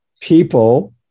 people